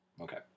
Okay